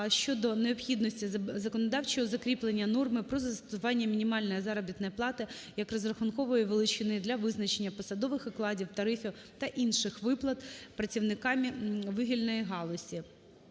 щодо необхідності законодавчого закріплення норми про застосування мінімальної заробітної плати, як розрахункової величини для визначення посадових окладів, тарифів та інших виплат працівникам вугільної галузі.